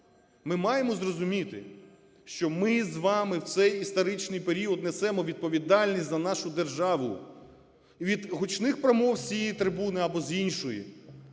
Ми маємо зрозуміти, що ми з вами в цей історичний період несемо відповідальність за нашу державу. Від гучних промов з цієї трибуни або з іншої